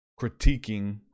critiquing